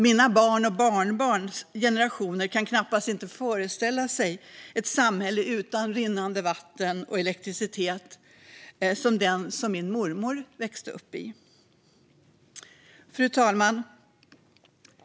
Mina barns och barnbarns generationer kan knappast föreställa sig ett samhälle utan rinnande vatten och elektricitet som det som min mormor växte upp i. Fru talman!